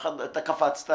הסכמנו לתנאי.